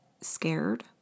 scared